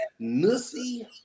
nussy